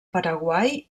paraguai